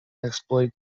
exploit